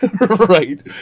right